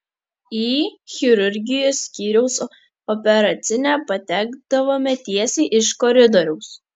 į chirurgijos skyriaus operacinę patekdavome tiesiai iš koridoriaus